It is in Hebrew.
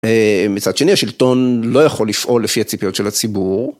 מצד שני השלטון לא יכול לפעול לפי הציפיות של הציבור.